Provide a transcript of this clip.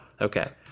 Okay